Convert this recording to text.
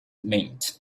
meant